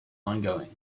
ongoing